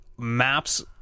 Maps